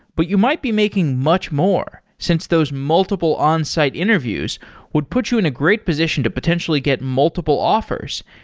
but you might be making much more since those multiple onsite interviews would put you in a great position to potentially get multiple offers,